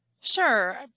Sure